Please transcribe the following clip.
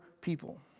people